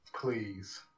Please